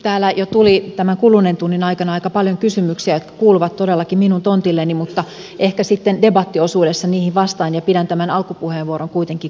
täällä jo tuli tämän kuluneen tunnin aikana aika paljon kysymyksiä jotka kuuluvat todellakin minun tontilleni mutta ehkä sitten debattiosuudessa niihin vastaan ja pidän tämän alkupuheenvuoron kuitenkin kokonaisuudessaan nyt tässä